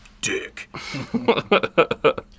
Dick